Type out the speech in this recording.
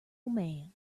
man